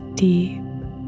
deep